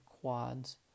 quads